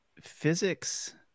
physics